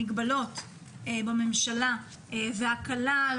עוד לפני שמתקבלת החלטה כזו או אחרת בממשלה,